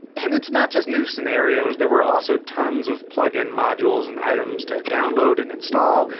and it's not just new scenarios, there were also tons of plugin modules and items to download and install,